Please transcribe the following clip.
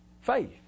faith